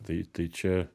tai tai čia